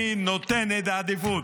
אני נותנת עדיפות,